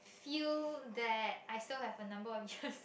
feel that I still have a number of years